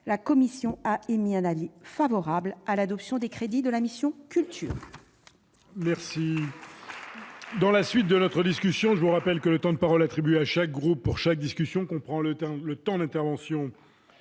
elle a émis un avis favorable à l'adoption des crédits de la mission « Culture